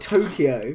Tokyo